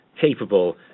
capable